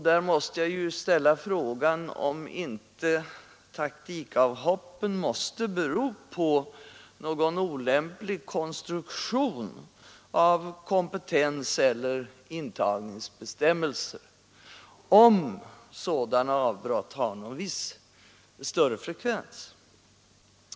Där måste jag fråga om inte taktikavhoppen beror på någon olämplig konstruktion av kompetenseller intagningsbestämmelser, om sådana avbrott har någon större frekvens.